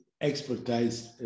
expertise